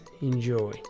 Enjoy